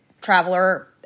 traveler